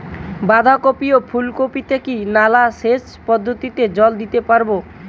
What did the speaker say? বাধা কপি ও ফুল কপি তে কি নালা সেচ পদ্ধতিতে জল দিতে পারবো?